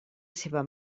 seva